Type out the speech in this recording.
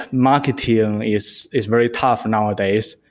marketing is is very powerful nowadays,